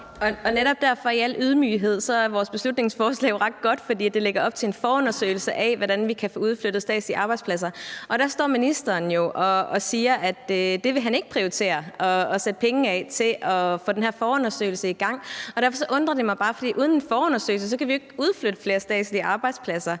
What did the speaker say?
Netop derfor er vores beslutningsforslag i al ydmyghed jo ret godt, fordi det lægger op til en forundersøgelse af, hvordan vi kan få udflyttet statslige arbejdspladser. Der står ministeren jo og siger, at det vil han ikke prioritere at sætte penge af til, altså at få den her forundersøgelse i gang. Derfor undrer det mig bare, for uden en forundersøgelse kan vi jo ikke udflytte flere statslige arbejdspladser.